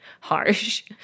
harsh